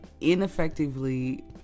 ineffectively